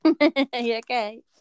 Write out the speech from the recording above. okay